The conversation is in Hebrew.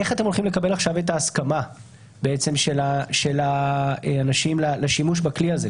איך אתם הולכים לקבל עכשיו את ההסכמה של האנשים לשימוש בכלי הזה.